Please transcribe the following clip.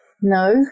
No